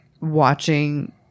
watching